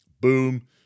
Boom